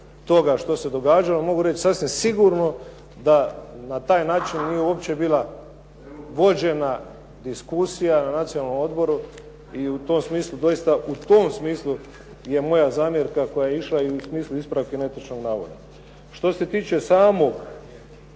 toga što se događalo. Mogu reći sasvim sigurno da na taj način nije uopće bila vođena diskusija na Nacionalnom odboru i u tom smislu doista u tom smislu je moja zamjerka i u smislu ispravke netočnog navoda. Što se tiče samog